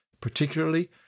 particularly